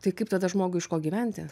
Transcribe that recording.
tai kaip tada žmogui iš ko gyventi